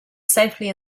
safely